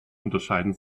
unterscheiden